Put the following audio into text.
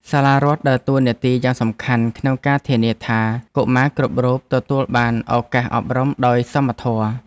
សាលារដ្ឋដើរតួនាទីយ៉ាងសំខាន់ក្នុងការធានាថាកុមារគ្រប់រូបទទួលបានឱកាសអប់រំដោយសមធម៌។